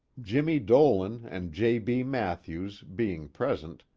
jimmie dolan and j. b. mathews, being present,